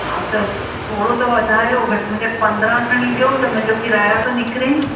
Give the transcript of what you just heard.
हा त थोरो त वधायो घटि में घटि पंद्रहं खणी ॾियो त मुंहिंजो किरायो त निकिरे न